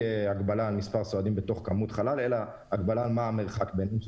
שם הגבלה על מספר סועדים בחלל אלא הגבלה על המרחק ביניהם,